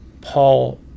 Paul